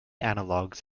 analogues